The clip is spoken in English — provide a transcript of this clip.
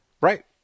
Right